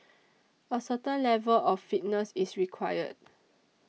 a certain level of fitness is required